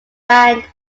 banned